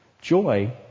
Joy